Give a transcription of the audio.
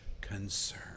concern